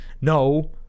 No